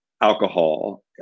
Alcohol